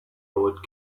old